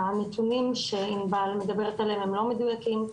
הנתונים שענבל מדברת עליהם הם לא מדויקים.